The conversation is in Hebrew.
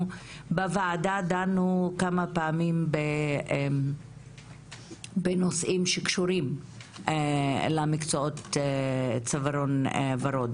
אנחנו בוועדה דנו כמה פעמים בנושאים שקשורים למקצועות צווארון וורוד,